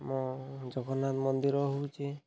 ଆମ ଜଗନ୍ନାଥ ମନ୍ଦିର ହେଉଛି